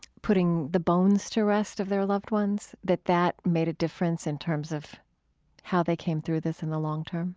putting the bones to rest of their loved ones, that that made a difference in terms of how they came through this in the long term?